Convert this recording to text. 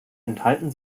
enthalten